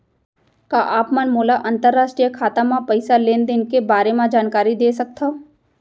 का आप मन मोला अंतरराष्ट्रीय खाता म पइसा लेन देन के बारे म जानकारी दे सकथव?